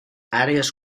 àrees